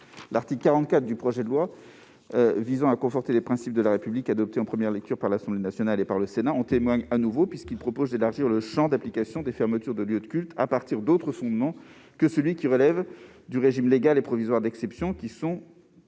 L'article 44 du projet de loi confortant les principes de la République, adopté en première lecture par l'Assemblée nationale et par le Sénat, en témoigne de nouveau : il propose d'élargir le champ d'application de la fermeture des lieux de culte à partir d'autres fondements que le régime légal et provisoire d'exception et qui sont